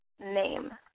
name